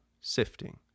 sifting